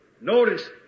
notice